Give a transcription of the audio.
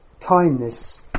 kindness